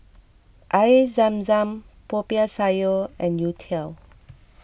Air Zam Zam Popiah Sayur and Youtiao